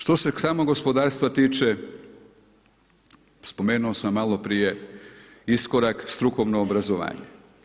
Što se samog gospodarstva tiče, spomenuo sam malo prije iskorak strukovno obrazovanje.